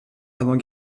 avant